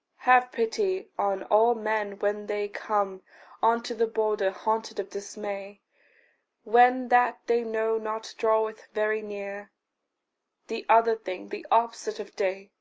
have pity on all men when they come unto the border haunted of dismay when that they know not draweth very near the other thing, the opposite of day,